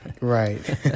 Right